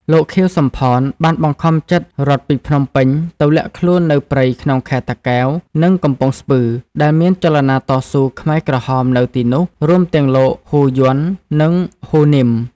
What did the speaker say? លោក ខៀវ សំផន បានបង្ខំចិត្តរត់ពីភ្នំពេញទៅលាក់ខ្លួននៅព្រៃក្នុងខេត្តតាកែវ និងកំពង់ស្ពឺ ដែលមានចលនាតស៊ូខ្មែរក្រហមនៅទីនោះ រួមទាំងលោក ហ៊ូ យន់ និង ហ៊ូ នីម ។